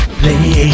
play